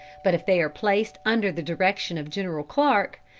but if they are placed under the direction of general clarke,